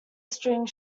sting